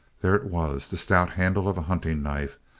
there it was, the stout handle of a hunting knife.